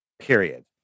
Period